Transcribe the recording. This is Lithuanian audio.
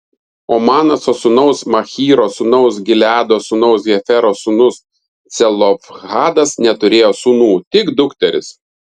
o manaso sūnaus machyro sūnaus gileado sūnaus hefero sūnus celofhadas neturėjo sūnų tik dukteris